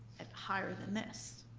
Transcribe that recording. at higher than this.